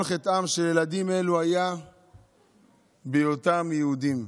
כל חטאם של ילדים אלו היה היותם יהודים,